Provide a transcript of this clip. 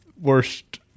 worst